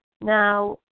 Now